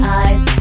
eyes